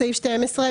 בסעיף 12,